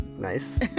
nice